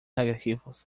agresivos